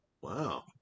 Wow